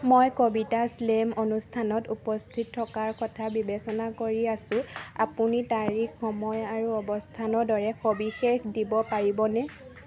মই কবিতা শ্লেম অনুষ্ঠানত উপস্থিত থকাৰ কথা বিবেচনা কৰি আছোঁ আপুনি তাৰিখ সময় আৰু অৱস্থানৰ দৰে সবিশেষ দিব পাৰিবনে